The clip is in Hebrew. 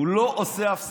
הוא לא עושה הפסקות.